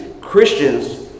Christians